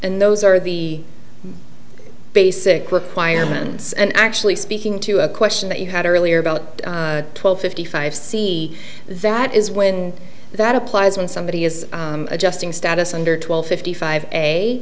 and those are the basically acquirements and actually speaking to a question that you had earlier about twelve fifty five c that is when that applies when somebody is adjusting status under twelve fifty five a